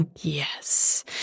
Yes